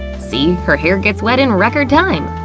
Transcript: see? her hair gets wet in record time!